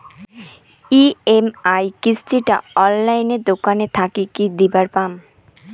EMI কিস্তি টা অনলাইনে দোকান থাকি কি দিবার পাম?